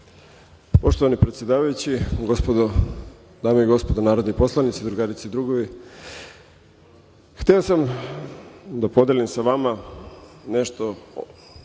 Poštovani predsedavajući, dame i gospodo narodni poslanici, drugarice i drugovi, hteo sam da podelim sa vama nešto